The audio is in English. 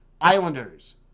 Islanders